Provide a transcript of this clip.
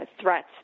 threats